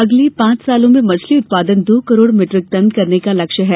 अगले पांच वर्षों में मछली उत्पादन दो करोड़ मीट्रिक टन करने का लक्ष्य है